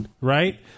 right